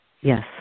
Yes